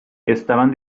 estaban